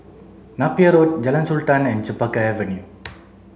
Napier Road Jalan Sultan and Chempaka Avenue